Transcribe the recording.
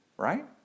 Right